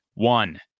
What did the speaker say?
one